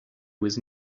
was